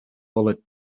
bullet